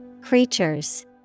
creatures